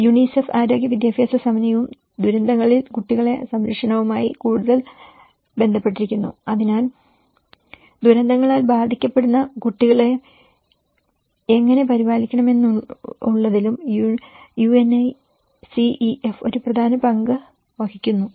UNICEF ആരോഗ്യ വിദ്യാഭ്യാസ സമത്വവും ദുരന്തങ്ങളിൽ കുട്ടികളുടെ സംരക്ഷണവുമായി കൂടുതൽ ബന്ധപ്പെട്ടിരിക്കുന്നു അതിനാൽ ദുരന്തങ്ങളാൽ ബാധിക്കപ്പെടുന്ന കുട്ടികളെ എങ്ങനെ പരിപാലിക്കണമെന്നുള്ളതിലും UNICEF ഒരു പ്രധാന പങ്ക് വഹിക്കുന്നു